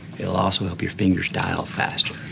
it'll also help your fingers dial faster.